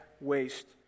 waste